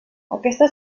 aquesta